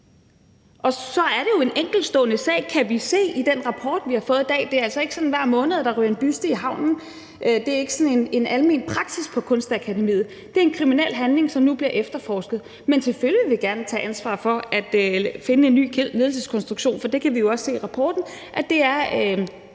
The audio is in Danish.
Og så er det jo en enkeltstående sag, kan vi se i den rapport, vi har fået i dag. Det er altså ikke sådan, at der hver måned ryger en buste i havnen. Det er ikke sådan en almen praksis på Kunstakademiet. Det er en kriminel handling, som nu bliver efterforsket. Men selvfølgelig vil vi gerne tage ansvar for at finde en ny ledelseskonstruktion, for det kan vi jo også se i rapporten